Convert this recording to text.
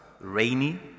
rainy